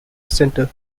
center